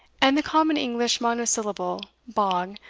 and the common english monosyllable bog,